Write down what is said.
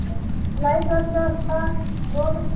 ज़रूरत है light white व्यवस्था रोड